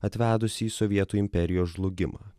atvedus jį į sovietų imperijos žlugimą